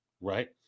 Right